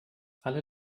alle